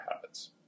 habits